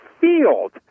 field